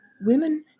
women